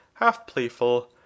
half-playful